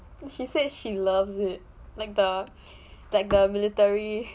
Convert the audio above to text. then she say she loves it the like the military